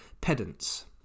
pedants